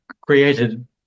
created